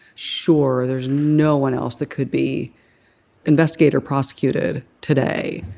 sure there's no one else that could be investigated or prosecuted today?